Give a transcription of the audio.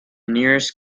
nearest